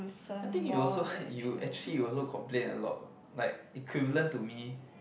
I think you also you actually you also complain a lot like equivalent to me